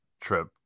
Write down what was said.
trip